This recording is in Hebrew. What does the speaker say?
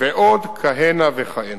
ועוד כהנה וכהנה.